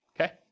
okay